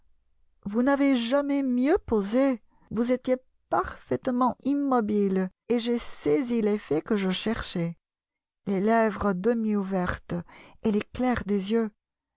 vous n'avez jamais mieux posé vous étiez parfaitement immobile et j'ai saisi l'effet que je cherchais les lèvres demi ouvertes et l'éclair des yeux